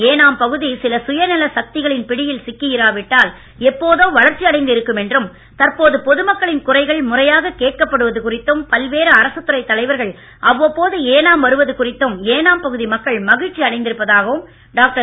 ஏனாம் பகுதி சில சுயநல சக்திகளின் பிடியில் சிக்கி இராவிட்டால் எப்போதோ வளர்ச்சி அடைந்து இருக்கும் என்றும் தற்போது பொது மக்களின் குறைகள் முறையாகக் கேட்கப்படுவது குறித்தும் பல்வேறு அரசுத்துறைத் தலைவர்கள் அவ்வப்போது ஏனாம் வருவது குறித்தும் ஏனாம் பகுதி மக்கள் மகிழ்ச்சி அடைந்திருப்பதாகவும் டாக்டர்